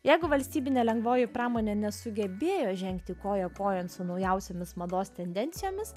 jeigu valstybinė lengvoji pramonė nesugebėjo žengti koja kojon su naujausiomis mados tendencijomis